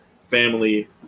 family